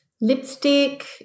Lipstick